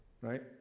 right